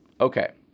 Okay